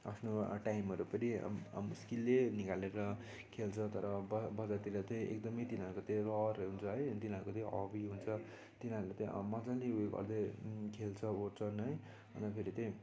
आफ्नो टाइमहरू पनि मुस्किलले निकालेर खेल्छ तर ब बजारतिर त एकदम तिनीहरू त्यो रहर हुन्छ है तिनीहरूको त्यो हभी हुन्छ तिनीहरूले त्यो मजाले उयो गर्दै खेल्छन् ओर्छ्न है अन्त फेरि त